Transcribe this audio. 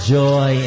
joy